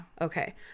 Okay